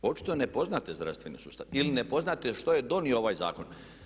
Očito ne poznajete zdravstveni sustav ili ne poznajete što je donio ovaj zakon.